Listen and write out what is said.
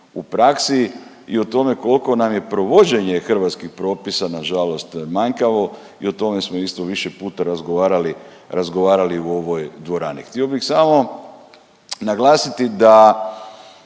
u praksi i o tome koliko nam je provođenje hrvatskih propisa na žalost manjkavo i o tome smo isto više puta razgovarali u ovoj dvorani. Htio bih samo naglasiti da